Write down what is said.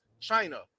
China